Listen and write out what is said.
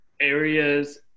areas